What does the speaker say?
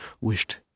wished